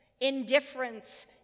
indifference